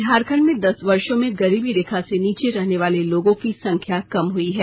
झारखंड में दस वर्षो में गरीबी रेखा से नीचे रहने वाले लोगों की संख्या कम हुई है